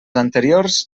anteriors